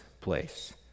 place